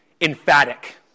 emphatic